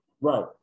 right